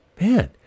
man